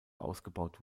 ausgebaut